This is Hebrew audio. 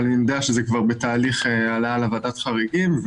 אני יודע שזה כבר בתהליך העלאה לוועדת חריגים,